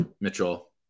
mitchell